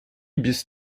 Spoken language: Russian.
без